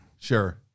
Sure